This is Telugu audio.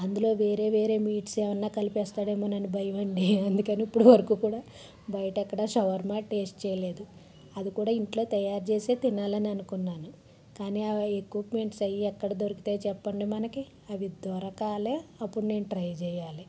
అందులో వేరే వేరే మీట్స్ ఏమైనా కలిపి వేస్తాడేమో అని భయమండి అందుకని ఇప్పుడు వరకు కూడా బయట ఎక్కడ షవరమా టేస్ట్ చేయలేదు అదికూడా ఇంట్లో తయారు చేసే తినాలని అనుకున్నాను కానీ ఆ ఎక్విప్మెంట్స్ అయి ఎక్కడ దొరుకుతాయి చెప్పండి మనకి అవి దొరకాలే అప్పుడు నేను ట్రై చేయాలి